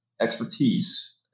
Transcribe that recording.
expertise